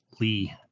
Lee